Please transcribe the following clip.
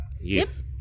Yes